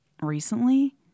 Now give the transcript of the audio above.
recently